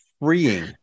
freeing